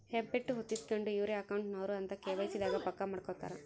ಹೆಬ್ಬೆಟ್ಟು ಹೊತ್ತಿಸ್ಕೆಂಡು ಇವ್ರೆ ಅಕೌಂಟ್ ನವರು ಅಂತ ಕೆ.ವೈ.ಸಿ ದಾಗ ಪಕ್ಕ ಮಾಡ್ಕೊತರ